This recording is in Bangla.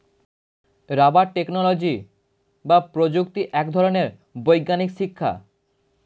রাবার টেকনোলজি বা প্রযুক্তি এক ধরনের বৈজ্ঞানিক শিক্ষা